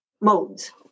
modes